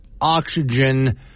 oxygen